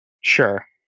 Sure